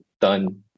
done